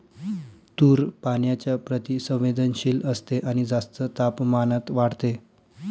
तूर पाण्याच्या प्रति संवेदनशील असते आणि जास्त तापमानात वाढते